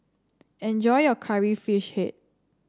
enjoy your Curry Fish Head